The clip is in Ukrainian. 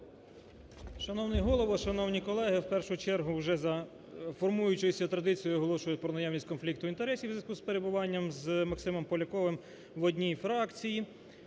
Шановний Голово! Шановні колеги! В першу чергу вже за формуючоюся традицією оголошую про наявність конфлікту інтересів, в зв'язку з перебування з Максимом Поляковим в одній фракції,